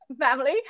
family